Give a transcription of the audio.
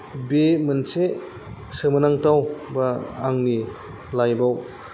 बे मोनसे सोमोनांथाव बा आंनि लाइफआव